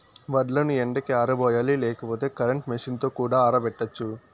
వడ్లను ఎండకి ఆరబోయాలి లేకపోతే కరెంట్ మెషీన్ తో కూడా ఆరబెట్టచ్చు